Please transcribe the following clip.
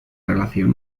relación